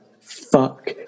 fuck